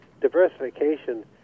Diversification